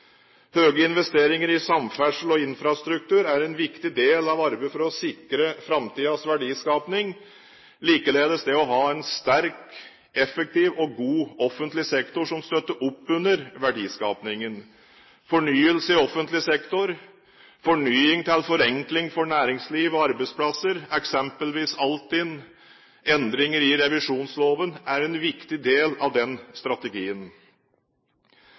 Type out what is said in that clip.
Høye investeringer i samferdsel og infrastruktur er en viktig del av arbeidet for å sikre framtidens verdiskaping. Likeledes er det å ha en sterk, effektiv og god offentlig sektor som støtter opp under verdiskapingen, fornyelse i offentlig sektor, fornying til forenkling for næringsliv og arbeidsplasser, eksempelvis Altinn, og endringer i revisjonsloven en viktig del av den strategien.